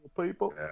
People